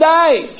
die